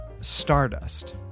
Stardust